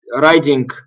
riding